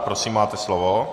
Prosím, máte slovo.